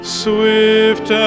swift